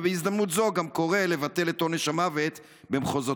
ובהזדמנות זו אני גם קורא לבטל את עונש המוות במחוזותינו,